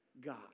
God